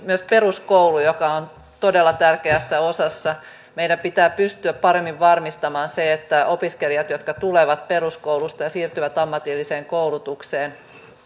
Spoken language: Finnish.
myös peruskoulun joka on todella tärkeässä osassa meidän pitää pystyä paremmin varmistamaan se että opiskelijoilla jotka tulevat peruskoulusta ja siirtyvät ammatilliseen koulutukseen